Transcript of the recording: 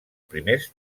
primers